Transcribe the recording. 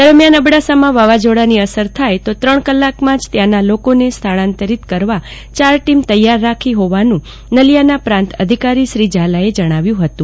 દરમ્યાન અબડાસામાં વાવાઝોડાની અસર થાય ત્રણ કલાકમાં જ ત્યાના લોકોને સ્થળાંતરિત કરવા ચાર ટીમ તૈયાર રમાઈ હોવાનું નખત્રાણાના પ્રાંત અધિકારી શ્રી ઝાલાએ જણાવ્યુ હતું